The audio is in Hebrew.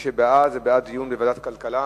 מי שבעד, בעד דיון בוועדת הכלכלה.